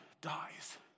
dies